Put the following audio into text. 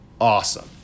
awesome